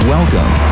Welcome